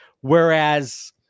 Whereas